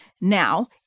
Now